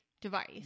device